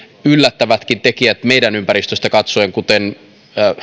yllättävätkin tekijät meidän ympäristöstä katsoen kuten